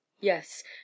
Yes